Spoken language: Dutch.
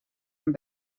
een